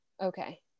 Okay